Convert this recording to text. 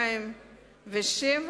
2007